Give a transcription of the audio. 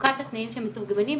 ומצוקת התנאים של מתמללים ומתורגמנים,